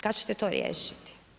Kada ćete to riješiti?